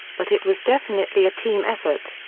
but it was definitely a team effort.